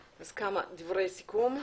אז כמה דברי סיכום.